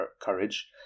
courage